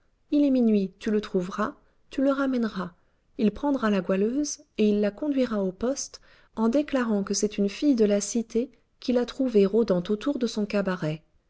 il est minuit tu le trouveras tu le ramèneras il prendra la goualeuse et il la conduira au poste en déclarant que c'est une fille de la cité qu'il a trouvée rôdant autour de son cabaret